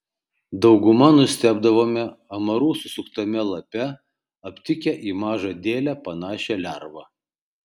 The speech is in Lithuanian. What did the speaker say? dauguma nustebdavome amarų susuktame lape aptikę į mažą dėlę panašią lervą